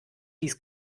dies